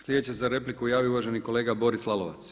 Sljedeći se za repliku javio uvaženi kolega Boris Lalovac.